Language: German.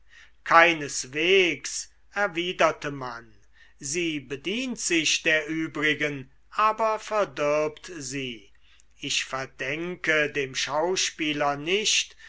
keineswegs erwiderte man sie bedient sich der übrigen aber verdirbt sie ich verdenke dem schauspieler nicht